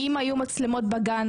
אם היו מצלמות בגן,